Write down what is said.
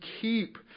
keep